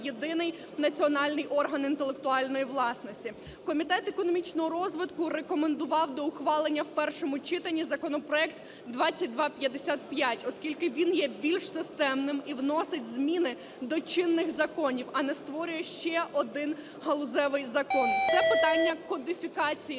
єдиний національний орган інтелектуальної власності. Комітет економічного розвитку рекомендував до ухвалення в першому читанні законопроект 2255, оскільки він є більш системним і вносить зміни до чинних законів, а не створює ще один галузевий закон. Це питання кодифікації